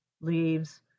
leaves